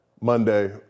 Monday